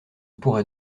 pourrait